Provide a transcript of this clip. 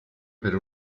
per